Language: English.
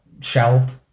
shelved